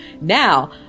Now